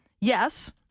yes